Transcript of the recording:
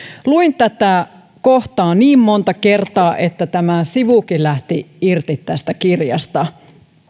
luin tätä kohtaa niin monta kertaa että tämä sivukin lähti irti tästä kirjasta